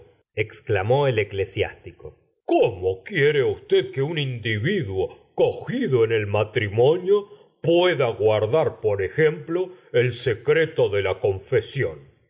exclamó el eclesiástico cómo quiere usted que un individuo cogido en el matrimonio pueda guardar por ejemplo el secr eto de la confesión